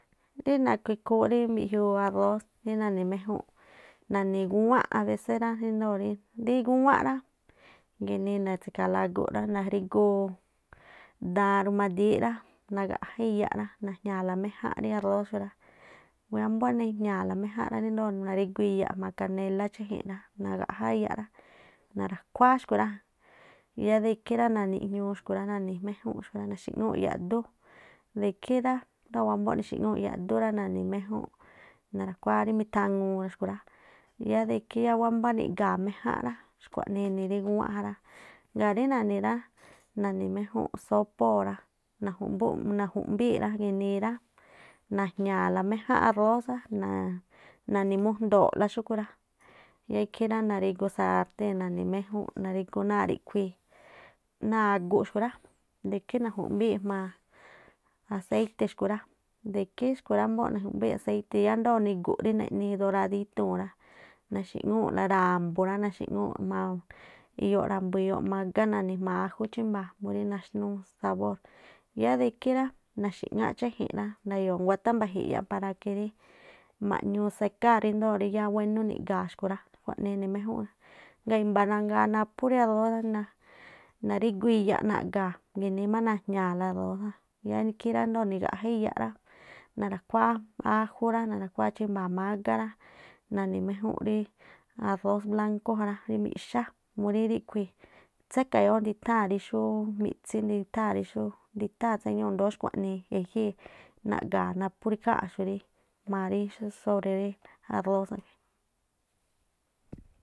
Rí nakhu ikhúún rí mbiꞌjiuu arós, rí na̱ni̱ méjúnꞌ, na̱ni̱ gúwánꞌ abésé ríndoo̱ ri, rí gúwán rá gi̱nii natsi̱kha̱a̱la aguꞌ rá, narijguu daan rumadííꞌ rá, nagaꞌja iyaꞌ rá na̱jña̱a̱la méjánꞌ rí arós rá, wámbóꞌ ne̱jña̱a̱ la méjánꞌ ra, ríndoo̱ narígu iyaꞌ jma̱a kanela chiji̱nꞌ rá, nagaꞌja iyaꞌ rá nara̱khuáá xkhui̱ rá yáá de ikhí nanijñuu xkhui̱ rá nani̱ méjúnꞌ má xkhui̱ rá naxi̱ꞌŋúu̱ꞌ yaꞌdú, de ikhí rá ríndoo̱ wámbóꞌ nixi̱ꞌŋuu̱ꞌ yaꞌdú rá na̱ni̱ mejúnꞌ nara̱khuáá rí mithawaan xkhui̱ rá. Ya de ikhí yáá wámbá niꞌga̱a̱ méjánꞌ rá, xkhuanii e̱ni̱ rí gúwánꞌ ja rá. Ngaa̱ rí na̱̱ni̱ rá, na̱ni̱ méjúnꞌ sópóo̱ rá, naju̱mbúꞌ- naju̱mbii̱ꞌ- rá ginii rá najña̱a̱la méjánꞌ arós rá, na̱ni̱ mujndo̱o̱ꞌ la xúꞌkhui̱ rá, yáá ikhí rá narígu sartée̱n na̱ni̱ méjúnꞌ narígú náa̱ ríꞌkhui̱ náa̱ aguꞌ xkhui̱ rá. De ikhí naju̱mbii̱ꞌ jmaa̱ aséite̱ xkhui̱ rá, de ikhí xkhui̱ rá, ámbóꞌ naju̱mbii̱ꞌ aséiti̱ yáá ndoo̱ niguꞌ rí neꞌni doradítúu̱n rá, naxi̱ŋuu̱ꞌla ra̱mbu̱ rá, naxi̱ŋuu̱ maa iyooꞌ ra̱mbu̱ iyooꞌ mágá nani̱ jma̱a ajú chímba̱a̱ jamí naxnúú sabór, yáá de ikhí rá naxi̱ꞌŋáꞌ cháji̱nꞌ rá, nda̱yo̱o̱ nguáthá mbaꞌjinꞌ iyaꞌ para que rí ma̱ꞌñuu sekar ríndoo̱ rí yáá wénú niga̱a̱ xkhui̱ rá, xkuaꞌnii e̱ni̱ méjún. Ngaa̱ imba̱ mangaa naphú rí arós, na̱rígu iyaꞌ naꞌga̱a̱ gi̱nii má naj̱ña̱a̱la arós rá, yáá ikhí rá ríndoo̱ nigaꞌjá iyaꞌ rá, narakhuáá ájú rá, na̱ra̱khuáá chímba̱a̱ mágá rá, nani̱ méjú ríí arrós blákú ja rá rí miꞌxá murí ríꞌkhui̱ tsékayóó nditháa̱n rí xú miꞌtsí nditháa̱n tséñúu̱ i̱ndóo xkua̱ꞌnii e̱jii̱ naꞌga̱a̱ naphú rí ikháa̱nꞌxu̱ rí jma̱a rí xú sobre rí arrós.